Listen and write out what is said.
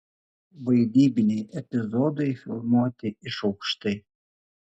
vaidybiniai epizodai filmuoti iš aukštai